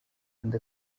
kandi